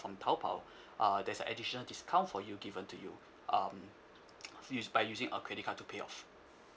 from taobao uh there's a additional discount for you given to you um use by using our credit card to pay off